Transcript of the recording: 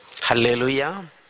Hallelujah